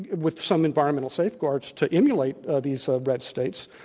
with some environmental safeguards to emulate these red states,